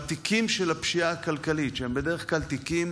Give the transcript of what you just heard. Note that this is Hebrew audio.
שבתיקים של הפשיעה הכלכלית, שהם בדרך כלל תיקים